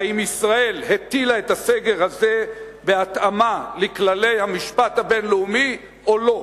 האם ישראל הטילה את הסגר הזה בהתאמה לכללי המשפט הבין-לאומי או לא?